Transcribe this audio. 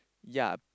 ya